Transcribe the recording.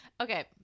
Okay